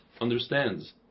understands